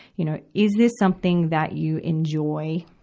you know, is this something that you enjoy?